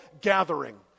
gathering